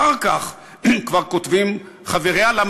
אחר כך כבר כותבים בני-משפחתה,